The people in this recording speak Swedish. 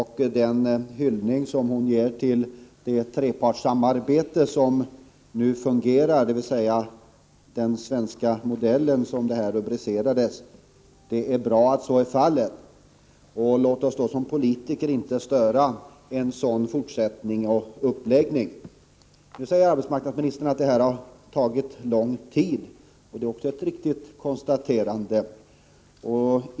Herr talman! Jag kan i stora delar instämma i det balanserade anförande som arbetsmarknadsministern nyss höll. Hon gav en hyllning till det trepartssamarbete som sägs fungera väl, dvs. den svenska modellen. Det är bra, och låt oss politiker inte störa fortsättningen. Arbetsmarknadsministern sade att det har tagit lång tid, och det är ju riktigt.